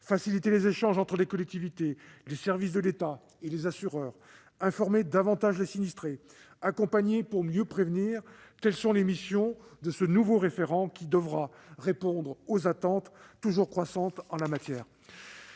Faciliter les échanges entre les collectivités, les services de l'État et les assureurs, informer davantage les sinistrés, accompagner pour mieux prévenir : telles sont les missions de ce nouveau référent, qui devra répondre aux attentes toujours croissantes en la matière.